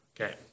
Okay